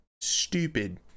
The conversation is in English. Stupid